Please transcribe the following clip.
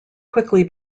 quickly